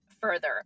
further